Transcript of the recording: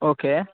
okay